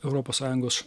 europos sąjungos